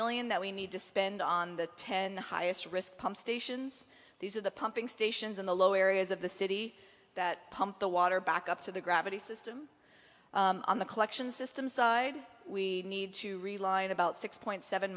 million that we need to spend on the ten highest risk pump stations these are the pumping stations in the lower is of the city that pump the water back up to the gravity system on the collection system side we need to realign about six point seven